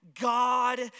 God